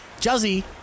Juzzy